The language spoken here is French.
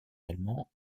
allemand